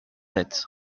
sept